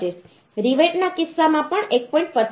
25 રિવેટના કિસ્સામાં પણ 1